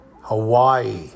Hawaii